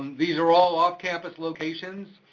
these are all off-campus locations.